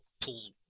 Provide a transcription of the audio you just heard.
pull